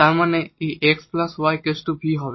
তার মানে এই x y v হবে